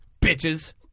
Bitches